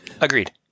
Agreed